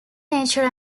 nature